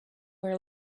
are